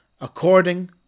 According